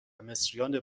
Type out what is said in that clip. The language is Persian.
مصریان